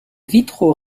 vitraux